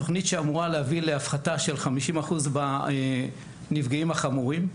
תוכנית שאמורה להביא להפחתה של 50% בנפגעים החמורים,